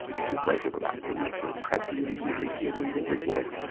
which is this great book about the roots of tragedy in in the greek theatre and and the greek world,